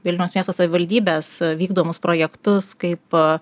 vilniaus miesto savivaldybės vykdomus projektus kaip